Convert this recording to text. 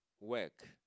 work